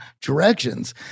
directions